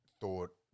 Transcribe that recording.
thought